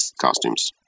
costumes